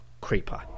creeper